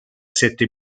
sette